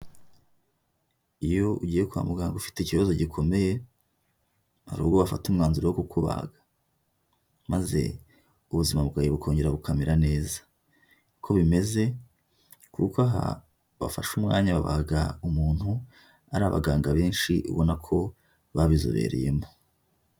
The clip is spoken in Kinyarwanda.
Iyo ugiye kwa muganga ufite ikibazo gikomeye, hari ubwo bafata umwanzuro wo kukubaga, maze ubuzima bwawe bukongera bukamera neza, niko bimeze kuko aha bafashe umwanya babaga umuntu ari abaganga benshi ubona ko babizobereyemo.